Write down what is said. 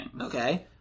Okay